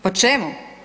Po čemu?